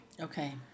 Okay